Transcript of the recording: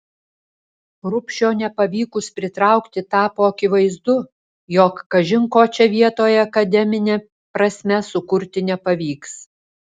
rubšio nepavykus pritraukti tapo akivaizdu jog kažin ko čia vietoje akademine prasme sukurti nepavyks